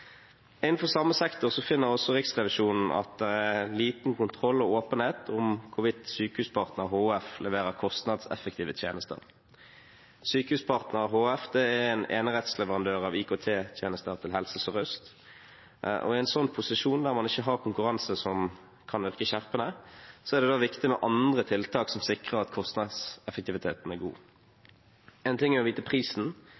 Innenfor samme sektor finner også Riksrevisjonen at det er liten kontroll og åpenhet om hvorvidt Sykehuspartner HF leverer kostnadseffektive tjenester. Sykehuspartner HF er en enerettsleverandør av IKT-tjenester til Helse Sør-Øst. I en sånn posisjon der man ikke har konkurranse som kan virke skjerpende, er det viktig med andre tiltak som sikrer at kostnadseffektiviteten er